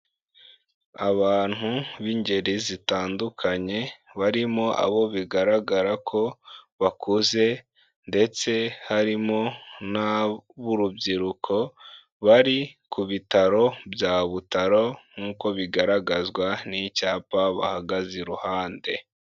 Abantu b'ingeri zitandukanye barimo abo bigaragara ko bakuze, ndetse harimo n'aburubyiruko bari ku bitaro bya Butaro nk'uko bigaragazwa n'icyapa bahagaze iruhande.